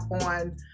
on